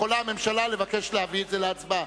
יכולה הממשלה לבקש להביא את זה להצבעה,